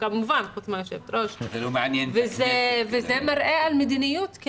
כמובן שחוץ מהיו"ר - וזה מראה על מדיניות.